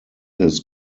his